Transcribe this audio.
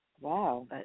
Wow